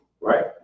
Right